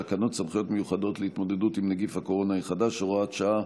סמכויות מיוחדות להתמודדות עם נגיף הקורונה החדש (הוראת שעה)